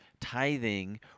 tithing